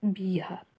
Bihar